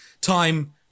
time